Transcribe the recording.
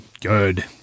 good